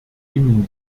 ihnen